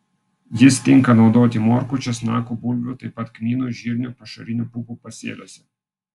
jis tinka naudoti morkų česnakų bulvių taip pat kmynų žirnių pašarinių pupų pasėliuose